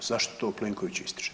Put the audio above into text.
Zašto to Plenković ističe?